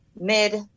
mid